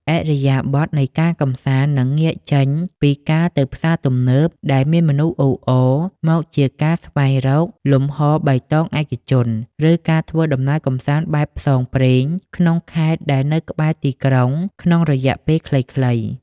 ឥរិយាបថនៃការកម្សាន្តនឹងងាកចេញពីការទៅផ្សារទំនើបដែលមានមនុស្សអ៊ូអរ មកជាការស្វែងរក "លំហបៃតងឯកជន" ឬការធ្វើដំណើរកម្សាន្តបែបផ្សងព្រេងក្នុងខេត្តដែលនៅក្បែរទីក្រុងក្នុងរយៈពេលខ្លីៗ។